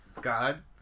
God